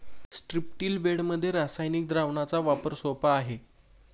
स्ट्रिप्टील बेडमध्ये रासायनिक द्रावणाचा वापर सोपा आहे